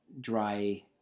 dry